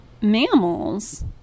Mammals